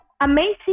Amazing